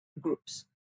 groups